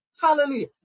hallelujah